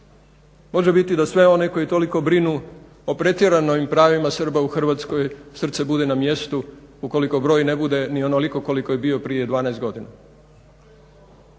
može biti da sve one koje toliko brinu o pretjeranim pravima Srba u Hrvatskoj srce bude na mjestu ukoliko broj ne bude ni onoliko koliko je bio prije 12 godina.